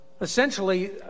essentially